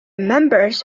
members